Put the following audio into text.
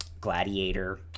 Gladiator